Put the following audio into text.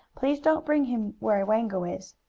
please don't bring him where wango is.